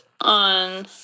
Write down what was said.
on